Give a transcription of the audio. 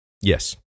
Yes